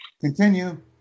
Continue